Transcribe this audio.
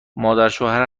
مادرشوهر